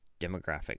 demographic